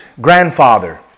grandfather